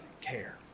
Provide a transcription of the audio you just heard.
care